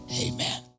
Amen